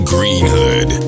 Greenhood